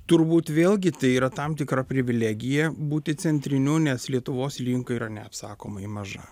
turbūt vėlgi tai yra tam tikra privilegija būti centriniu nes lietuvos rinka yra neapsakomai maža